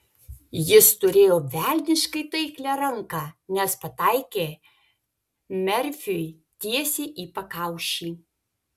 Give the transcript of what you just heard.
jis turėjo velniškai taiklią ranką nes pataikė merfiui tiesiai į pakaušį